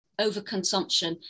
overconsumption